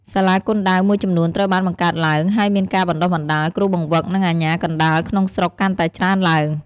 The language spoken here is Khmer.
សាលាគុនដាវមួយចំនួនត្រូវបានបង្កើតឡើង ហើយមានការបណ្តុះបណ្តាលគ្រូបង្វឹក និងអាជ្ញាកណ្តាលក្នុងស្រុកកាន់តែច្រើនឡើង។